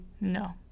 No